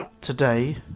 today